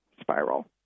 spiral